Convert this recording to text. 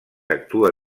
actua